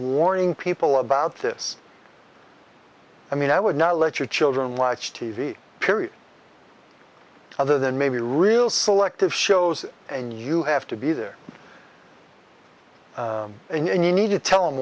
warning people about this i mean i would not let your children watch t v period other than maybe real selective shows and you have to be there and you need to tell them